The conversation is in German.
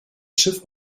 schiff